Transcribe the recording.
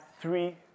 three